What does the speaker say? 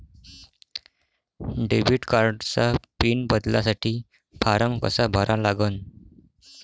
Debit कार्डचा pin बदलासाठी form कसा भरा लागन?